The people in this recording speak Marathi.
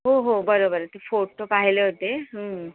हो हो बरोबर ते फोटो पाहिले होते